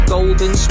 Golden